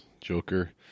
Joker